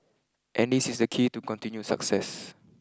and this is the key to continued success